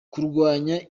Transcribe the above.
kurwanya